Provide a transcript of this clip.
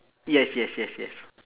yes yes yes yes